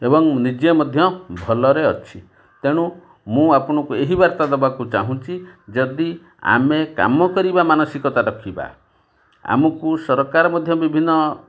ଏବଂ ନିଜେ ମଧ୍ୟ ଭଲରେ ଅଛି ତେଣୁ ମୁଁ ଆପଣଙ୍କୁ ଏହି ବାର୍ତ୍ତା ଦେବାକୁ ଚାହୁଁଛି ଯଦି ଆମେ କାମ କରିବା ମାନସିକତା ରଖିବା ଆମକୁ ସରକାର ମଧ୍ୟ ବିଭିନ୍ନ